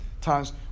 times